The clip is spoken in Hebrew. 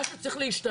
משהו צריך להשתנות.